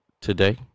Today